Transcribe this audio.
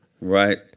Right